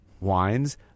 wines